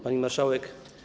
Pani Marszałek!